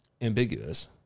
ambiguous